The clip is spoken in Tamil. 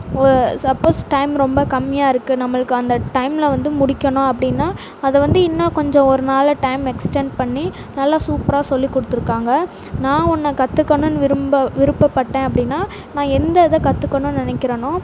சப்போஸ் டைம் ரொம்ப கம்மியாக இருக்கு நம்மளுக்கு அந்த டைமில் வந்து முடிக்கணும் அப்படின்னா அதை வந்து இன்னும் கொஞ்சம் ஒரு நாளில் டைம் எக்ஸ்டன்ட் பண்ணி நல்லா சூப்பராக சொல்லி கொடுத்துருக்காங்க நான் ஒன்றை கத்துக்கணுன்னு விரும்ப விருப்பப்பட்டேன் அப்படின்னா நான் எந்த இதை கத்துக்கணுன்னு நினைக்கிறனோ